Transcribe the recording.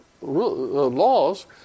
laws